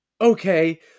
okay